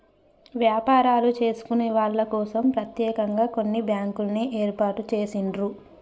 వ్యాపారాలు చేసుకునే వాళ్ళ కోసం ప్రత్యేకంగా కొన్ని బ్యాంకుల్ని ఏర్పాటు చేసిండ్రు